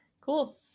Cool